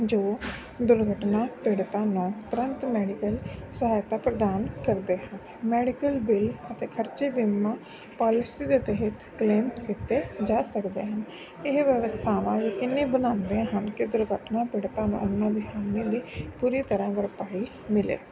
ਜੋ ਦੁਰਘਟਨਾ ਪੀੜਿਤਾਂ ਨੂੰ ਤੁਰੰਤ ਮੈਡੀਕਲ ਸਹਾਇਤਾ ਪ੍ਰਦਾਨ ਕਰਦੇ ਹਨ ਮੈਡੀਕਲ ਬਿਲ ਅਤੇ ਖਰਚੇ ਬੀਮਾ ਪੋਲਿਸੀ ਦੇ ਤਹਿਤ ਕਲੇਮ ਕੀਤੇ ਜਾ ਸਕਦੇ ਹਨ ਇਹ ਵਿਵਸਥਾਵਾਂ ਵੀ ਕਿਵੇਂ ਬਣਾਉਂਦੇ ਹਨ ਕਿ ਦੁਰਘਟਨਾ ਪੀੜਤਾਂ ਨੂੰ ਉਹਨਾਂ ਦੀ ਹਾਨੀ ਦੀ ਪੂਰੀ ਤਰ੍ਹਾਂ ਭਰਪਾਈ ਮਿਲੇ